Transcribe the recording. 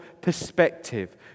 perspective